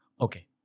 Okay